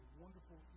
wonderful